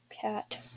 cat